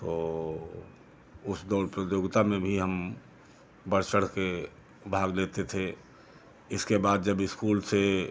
तो ओ उस दौड़ प्रतियोगिता में भी हम बढ़ चढ़के भाग लेते थे इसके बाद जब इस्कूल से